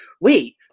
wait